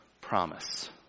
promise